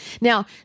Now